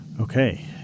Okay